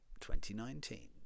2019